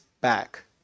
back